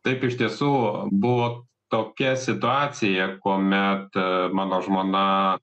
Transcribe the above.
taip iš tiesų buvo tokia situacija kuomet a mano žmona